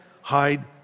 hide